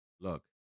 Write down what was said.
look